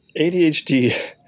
ADHD